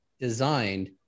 designed